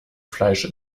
fleisch